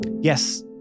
Yes